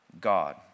God